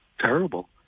terrible